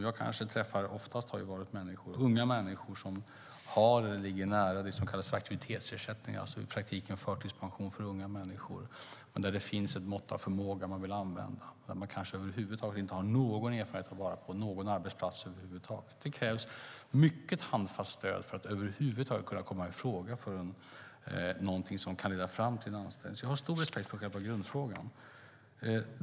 Jag har träffat unga människor som ofta ligger nära det som kallas aktivitetsersättning, alltså i praktiken förtidspension för unga människor, som har ett mått av förmåga som man vill använda men som kanske inte har erfarenhet från någon arbetsplats över huvud taget. Det krävs mycket handfast stöd för att över huvud taget kunna komma i fråga för någonting som kan leda fram till en anställning. Jag har stor respekt för själva grundfrågan.